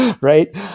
right